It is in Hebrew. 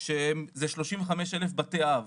שזה 35,000 בתי אב.